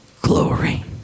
glory